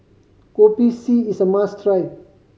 Kopi C is a must try